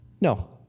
no